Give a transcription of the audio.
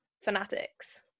fanatics